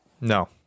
No